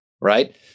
right